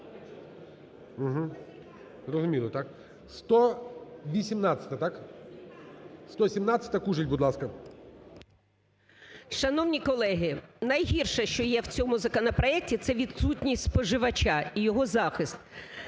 Зрозуміло, так. 118-а, так? 117-а, Кужель, будь ласка.